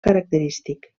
característic